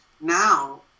now